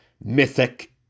mythic